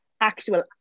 actual